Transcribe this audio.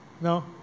No